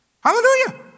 Hallelujah